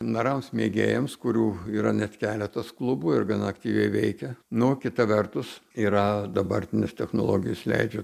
narams mėgėjams kurių yra net keletas klubų ir gana aktyviai veikia nu kita vertus yra dabartinės technologijos leidžia